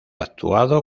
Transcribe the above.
actuado